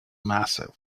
massive